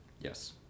Yes